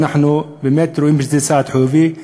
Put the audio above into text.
ואנחנו באמת רואים בזה צעד חיובי.